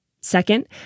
Second